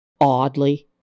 oddly